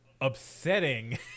upsetting